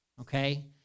okay